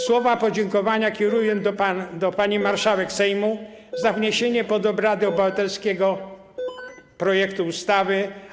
Słowa podziękowania kieruję do pani marszałek Sejmu za wniesienie pod obrady obywatelskiego projektu ustawy.